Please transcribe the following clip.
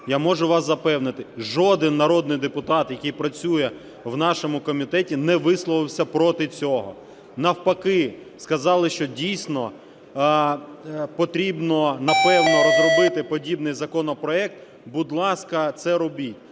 я можу вас запевнити, жоден народний депутат, який працює в нашому комітеті не висловився проти цього. Навпаки, сказали, що дійсно потрібно, напевно, розробити подібний законопроект, будь ласка, це робіть.